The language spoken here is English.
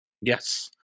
Yes